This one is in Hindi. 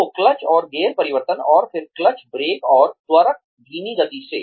तो क्लच और गियर परिवर्तन और फिर क्लच ब्रेक और त्वरक धीमी गति से